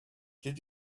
did